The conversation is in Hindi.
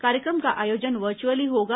कार्यक्रम का आयोजन वर्चुअली होगा